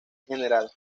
general